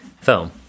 film